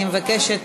אני מבקשת